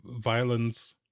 violence